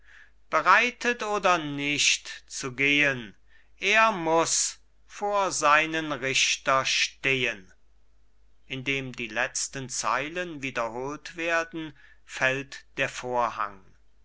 bereitet oder nicht zu gehen er muss vor seinen richter stehen indem die letzten zeilen wiederholt werden fällt der vorhang